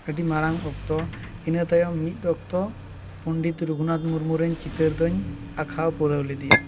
ᱟᱹᱰᱤ ᱢᱟᱨᱟᱝ ᱚᱠᱛᱚ ᱤᱱᱟᱹ ᱛᱟᱭᱚᱢ ᱢᱤᱫ ᱚᱠᱛᱚ ᱯᱚᱱᱰᱤᱛ ᱨᱟᱹᱜᱷᱩᱱᱟᱛᱷ ᱢᱩᱨᱢᱩ ᱨᱮᱧ ᱪᱤᱛᱟᱹᱨ ᱫᱚ ᱟᱸᱠᱟᱣ ᱯᱩᱨᱟᱹᱣ ᱞᱮᱫᱮᱭᱟ